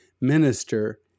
minister